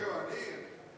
רגע, אני.